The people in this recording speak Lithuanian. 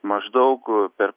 maždaug per